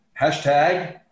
Hashtag